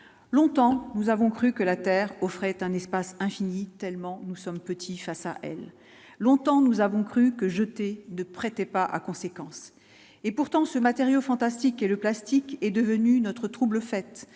longtemps nous avons cru que la Terre offrait un espace infini tellement nous sommes petits face à elle, longtemps nous avons cru que jeter de prêtait pas à conséquence et pourtant ce matériau fantastique et le plastique est devenue notre trouble-fête